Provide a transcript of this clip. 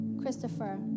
Christopher